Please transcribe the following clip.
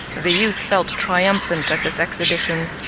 the youth felt triumphant at this exhibition.